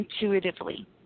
intuitively